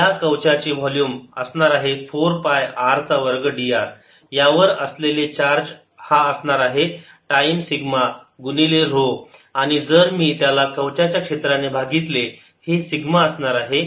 या कवचाचे वोल्युम असणार आहे 4 पाय r चा वर्ग dr यावर असलेले चार्ज हा असणार आहे टाईम सिग्मा गुणिले ऱ्हो आणि जर मी त्याला कवचाच्या क्षेत्राने भागीतले हे सिग्मा असणार आहे